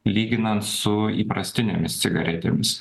lyginant su įprastinėmis cigaretėmis